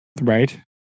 right